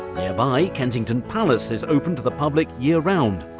nearby, kensington palace is open to the public year-round.